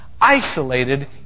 isolated